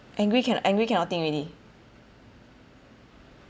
angry cannot angry cannot think already